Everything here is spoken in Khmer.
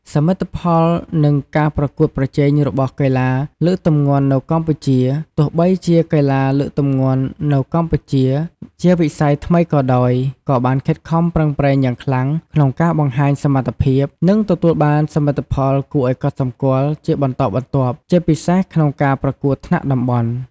សមិទ្ធផល និងការប្រកួតប្រជែងរបស់កីឡាលើកទម្ងន់នៅកម្ពុជា ទោះបីជាកីឡាលើកទម្ងន់នៅកម្ពុជាជាវិស័យថ្មីក៏ដោយ ក៏បានខិតខំប្រឹងប្រែងយ៉ាងខ្លាំងក្នុងការបង្ហាញសមត្ថភាព និងទទួលបានសមិទ្ធផលគួរឱ្យកត់សម្គាល់ជាបន្តបន្ទាប់ ជាពិសេសក្នុងការប្រកួតថ្នាក់តំបន់។